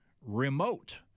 remote